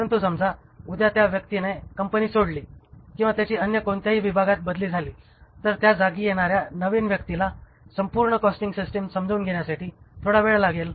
परंतु समजा उद्या त्या व्यक्तीने कंपनी सोडली किंवा त्याची अन्य कोणत्याही विभागात बदली झाली तर त्याजागी येणाऱ्या नवीन व्यक्तीला संपूर्ण कॉस्टिंग सिस्टिम समजून घेण्यासाठी थोडा वेळ लागेल